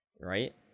right